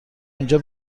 اینجا